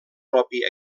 propi